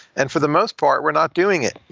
and for the most part, we're not doing it.